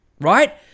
right